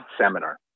seminar